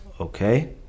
Okay